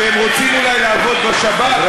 כשהם רוצים אולי לעבוד בשב"כ,